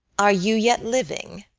are you yet living?